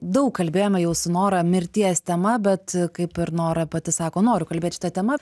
daug kalbėjome jau su nora mirties tema bet kaip ir nora pati sako noriu kalbėt šita tema